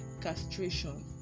castration